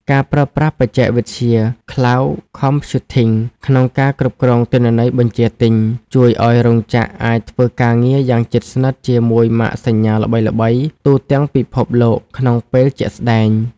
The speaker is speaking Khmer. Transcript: ការប្រើប្រាស់បច្ចេកវិទ្យា Cloud Computing ក្នុងការគ្រប់គ្រងទិន្នន័យបញ្ជាទិញ ជួយឱ្យរោងចក្រអាចធ្វើការងារយ៉ាងជិតស្និទ្ធជាមួយម៉ាកសញ្ញាល្បីៗទូទាំងពិភពលោកក្នុងពេលជាក់ស្ដែង។